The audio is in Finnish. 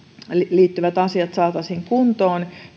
liittyvät asiat saataisiin kuntoon